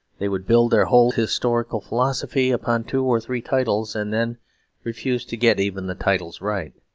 they would build their whole historical philosophy upon two or three titles, and then refuse to get even the titles right.